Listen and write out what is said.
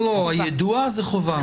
היידוע זה חובה.